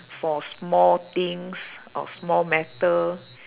for small things or small matter